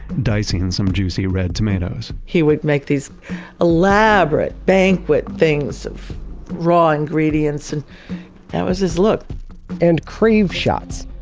dicing some juicy red tomatoes he would make these elaborate banquet things of raw ingredients and that was his look and crave shots.